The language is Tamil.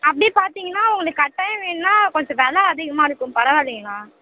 அப்படி பார்த்தீங்கன்னா உங்களுக்கு கட்டாயம் வேணுன்னால் கொஞ்சம் விலை அதிகமாக இருக்கும் பரவாயில்லைங்களா